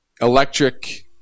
electric